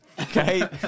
Okay